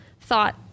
thought